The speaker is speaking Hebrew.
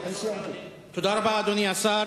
תודה רבה, אדוני השר.